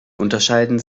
unterscheiden